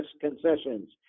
concessions